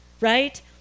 right